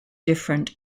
different